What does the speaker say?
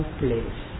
place